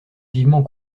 vivement